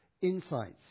insights